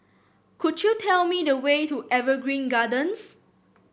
could you tell me the way to Evergreen Gardens